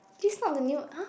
this not the new !huh!